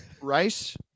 rice